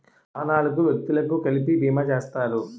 వాహనాలకు వ్యక్తులకు కలిపి బీమా చేస్తారు